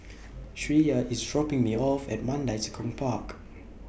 Shreya IS dropping Me off At Mandai Tekong Park